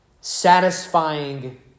satisfying